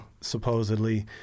supposedly